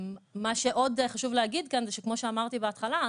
מה שעוד חשוב להגיד כאן זה שכמו שאמרתי בהתחלה,